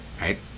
right